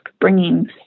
bringing